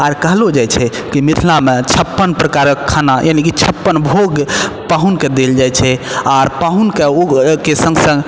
आओर कहलो जाइ छै कि मिथिलामे छप्पन प्रकारक खाना यानि कि छप्पन भोग पाहुनके देल जाइ छै आओर पाहुनके सङ्ग सङ्ग